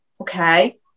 okay